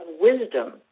wisdom